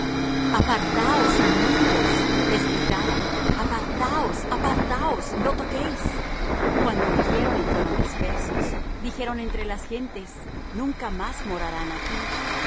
sus vestiduras apartaos inmundos les gritaban apartaos apartaos no toquéis cuando huyeron y fueron dispersos dijeron entre las gentes nunca más morarán aquí